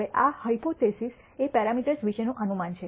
હવે આ હાયપોથીસિસ એ પેરામીટર્સ વિશેનું અનુમાન છે